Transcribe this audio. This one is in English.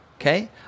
okay